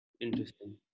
Interesting